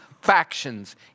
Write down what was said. factions